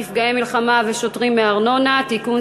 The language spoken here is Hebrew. נפגעי מלחמה ושוטרים מארנונה) (תיקון,